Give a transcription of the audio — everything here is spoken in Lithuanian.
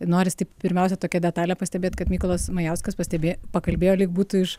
noris taip pirmiausia tokią detalę pastebėt kad mykolas majauskas pastebė pakalbėjo lyg būtų iš